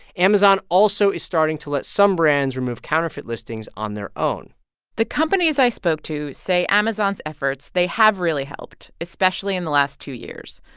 amazon also is starting to list some brands remove counterfeit listings on their own the companies i spoke to say amazon's efforts, they have really helped, especially in the last two years.